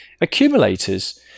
accumulators